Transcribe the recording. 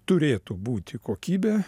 turėtų būti kokybė